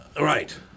Right